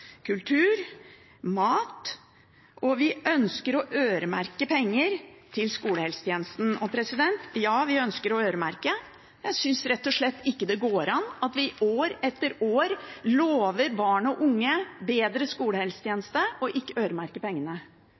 kultur, mat, og vi ønsker å øremerke penger til skolehelsetjenesten. Ja, vi ønsker å øremerke. Jeg synes rett og slett ikke det går an at vi år etter år lover barn og unge bedre skolehelsetjeneste, men ikke øremerker pengene.